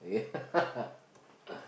yeah